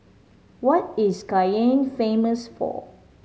what is Cayenne famous for